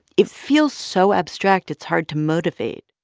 it feels so abstract, it's hard to motivate.